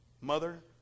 Mother